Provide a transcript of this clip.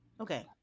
okay